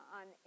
on